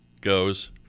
goes